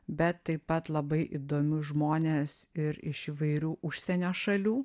bet taip pat labai įdomius žmones ir iš įvairių užsienio šalių